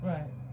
Right